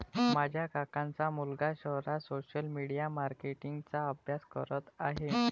माझ्या काकांचा मुलगा शहरात सोशल मीडिया मार्केटिंग चा अभ्यास करत आहे